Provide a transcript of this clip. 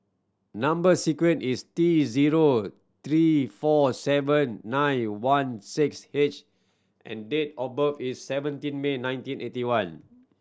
number sequence is T zero three four seven nine one six H and date of birth is seventeen May nineteen eighty one